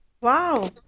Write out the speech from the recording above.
Wow